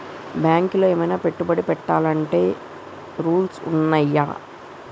బ్యాంకులో ఏమన్నా పెట్టుబడి పెట్టాలంటే రూల్స్ ఉన్నయా?